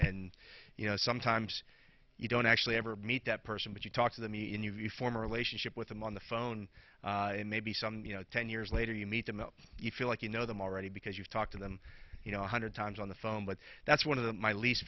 and you know sometimes you don't actually ever meet that person but you talk to them even you form a relationship with them on the phone and maybe some you know ten years later you meet them you feel like you know them already because you talk to them you know one hundred times on the phone but that's one of the my least